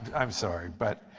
i am sorry. but,